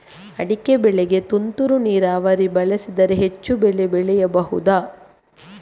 ಅಡಿಕೆ ಬೆಳೆಗೆ ತುಂತುರು ನೀರಾವರಿ ಬಳಸಿದರೆ ಹೆಚ್ಚು ಬೆಳೆ ಬೆಳೆಯಬಹುದಾ?